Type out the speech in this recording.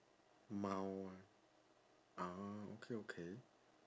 mild one ah okay okay